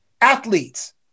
athletes